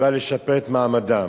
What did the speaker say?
ובא לשפר את מעמדם.